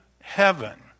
heaven